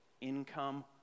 income